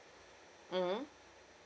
mmhmm